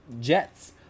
jets